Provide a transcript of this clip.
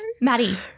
Maddie